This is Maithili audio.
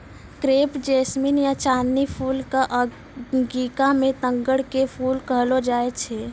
क्रेप जैसमिन या चांदनी फूल कॅ अंगिका मॅ तग्गड़ के फूल कहलो जाय छै